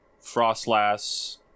Frostlass